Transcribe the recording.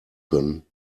können